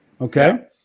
Okay